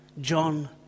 John